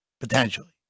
potentially